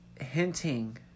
hinting